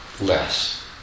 Less